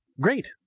Great